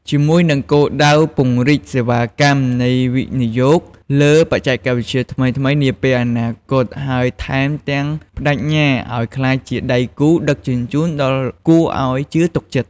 ជាមួយនឹងគោលដៅពង្រីកសេវាកម្មនៃវិនិយោគលើបច្ចេកវិទ្យាថ្មីៗនាពេលអនាគត ហើយថែមទាំងប្តេជ្ញាឲ្យក្លាយជាដៃគូដឹកជញ្ជូនដ៏គួរឲ្យជឿទុកចិត្ត ។